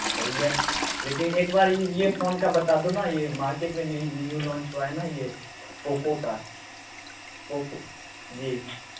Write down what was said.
सही है लेकिन एक बार यह फ़ोन का बता दो न यह मार्केट का यह इसमें न्यू लोंच हुआ है न यह पोको का पोको का जी